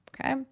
okay